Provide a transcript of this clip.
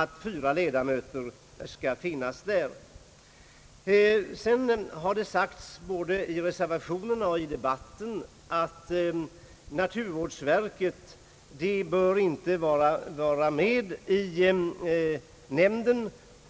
om fyra ledamöter. Sedan har det sagts både i reservationen och i debatten att naturvårdsverket inte bör vara företrätt i nämnden.